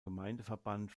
gemeindeverband